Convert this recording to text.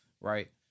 right